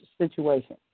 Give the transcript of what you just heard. situation